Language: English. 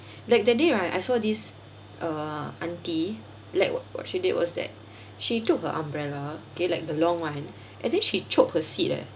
like that day when I I saw this uh auntie like wh~ what she did was that she took her umbrella okay like the long one I think she cup her seat eh